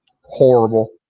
horrible